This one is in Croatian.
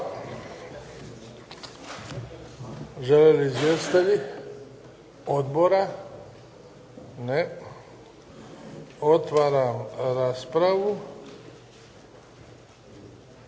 Žele li izvjestitelji odbora? Ne. Otvaram raspravu.